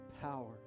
power